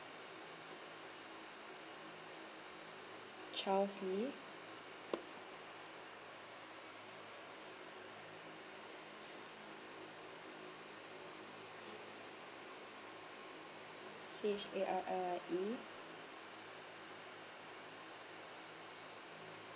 charles lee C H A R L I E